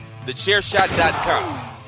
Thechairshot.com